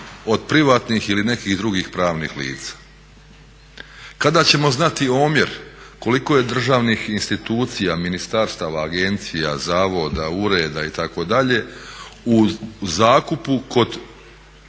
od privatnih ili nekih drugih pravnih lica. Kada ćemo znati omjer koliko je državnih institucija, ministarstava, agencija, zavoda, ureda itd. u zakupu kod